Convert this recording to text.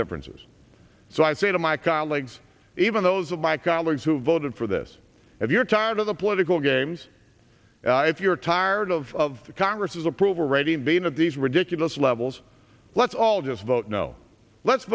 differences so i say to my colleagues even those of my colleagues who voted for this if you're tired of the political games if you're tired of the congress approval rating being of these ridiculous levels let's all just vote no let's